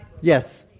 Yes